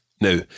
Now